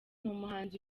umuhanzi